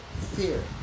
fear